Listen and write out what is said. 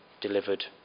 delivered